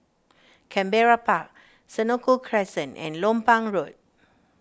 Canberra Park Senoko Crescent and Lompang Road